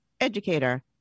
educator